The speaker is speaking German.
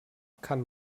kann